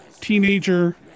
teenager